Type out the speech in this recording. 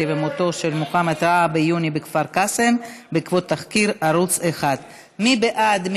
ומותו של מוחמד טאהא ביוני בכפר קאסם בעקבות תחקיר בערוץ 1. מי בעד?